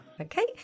Okay